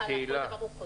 תהלה.